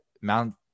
Mount